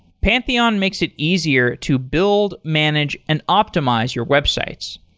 pantheon makes it easier to build, manage and optimize your websites.